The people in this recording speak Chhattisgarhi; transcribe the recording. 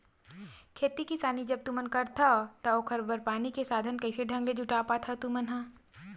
खेती किसानी जब तुमन करथव त ओखर बर पानी के साधन कइसे ढंग ले जुटा पाथो तुमन ह?